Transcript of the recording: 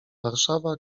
warszawa